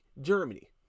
Germany